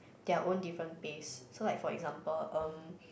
their own different pace so like for example um